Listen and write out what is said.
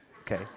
okay